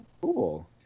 cool